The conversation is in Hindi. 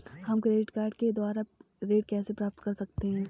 हम क्रेडिट कार्ड के द्वारा ऋण कैसे प्राप्त कर सकते हैं?